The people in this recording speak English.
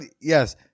Yes